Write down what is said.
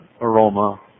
aroma